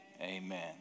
amen